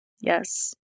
Yes